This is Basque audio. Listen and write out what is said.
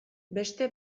beste